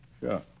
Sure